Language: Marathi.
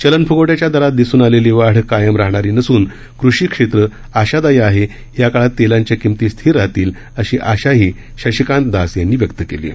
चलन फ्गवट्याच्या दरात दिसून आलेली वाढ कायम राहणार नसून कृषी क्षेत्र हे आशादायी असून या काळात तेलांच्या किंमती स्थिर राहतील अशी आशाही शशिकांत दास यांनी व्यक्त केली आहे